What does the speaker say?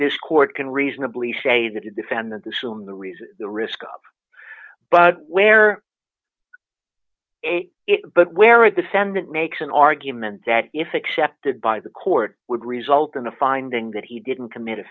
this court can reasonably say that the defendant assume the reason the risk but where but where a defendant makes an argument that if accepted by the court would result in a finding that he didn't commit a